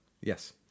Yes